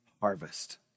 harvest